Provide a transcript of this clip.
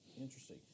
Interesting